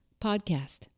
podcast